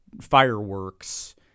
fireworks